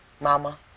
Mama